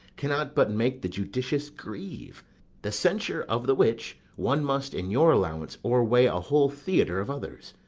cannot but make the judicious grieve the censure of the which one must in your allowance, o'erweigh a whole theatre of others.